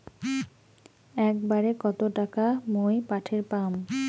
একবারে কত টাকা মুই পাঠের পাম?